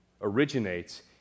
originates